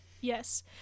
Yes